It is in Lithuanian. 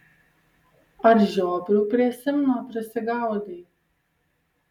ar žiobrių prie simno prisigaudei